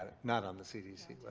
not on the cdc